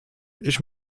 ich